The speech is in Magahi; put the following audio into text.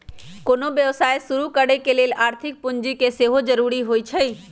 कोनो व्यवसाय शुरू करे लेल आर्थिक पूजी के सेहो जरूरी होइ छै